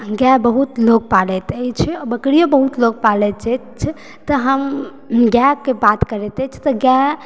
गाय बहुत लोग पालैत अछि बकरियो बहुत लोक पालित अछि तैं हम गाय के बात करैत अछि तऽ गाय